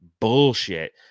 bullshit